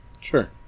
Sure